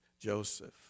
Joseph